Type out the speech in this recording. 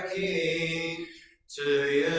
a a